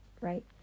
right